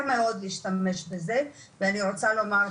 מאוד להשתמש בזה ואני רוצה לומר פה,